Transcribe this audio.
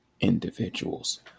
individuals